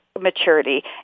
maturity